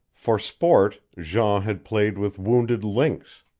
for sport jean had played with wounded lynx